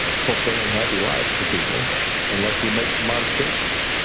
fulfilling, happy lives for people unless we make some modifications.